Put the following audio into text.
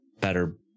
better